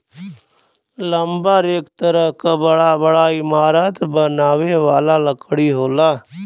lumber एक तरह क बड़ा बड़ा इमारत बनावे वाला लकड़ी होला